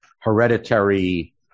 hereditary